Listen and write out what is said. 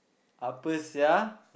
apa sia